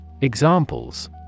Examples